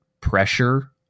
pressure